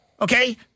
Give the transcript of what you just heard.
Okay